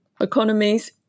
Economies